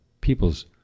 people's